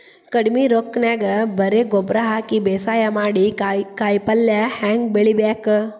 ಕಡಿಮಿ ರೊಕ್ಕನ್ಯಾಗ ಬರೇ ಗೊಬ್ಬರ ಹಾಕಿ ಬೇಸಾಯ ಮಾಡಿ, ಕಾಯಿಪಲ್ಯ ಹ್ಯಾಂಗ್ ಬೆಳಿಬೇಕ್?